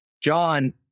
John